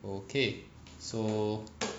okay so